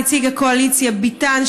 נציג הקואליציה ביטן,